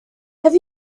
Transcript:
have